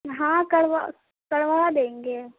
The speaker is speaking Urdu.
ہاں کروا کروا دیں گے